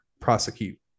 prosecute